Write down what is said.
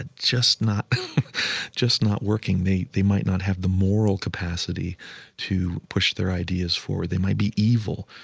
ah just not just not working. they they might not have the moral capacity to push their ideas forward. they might be evil.